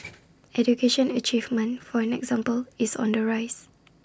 education achievement for an example is on the rise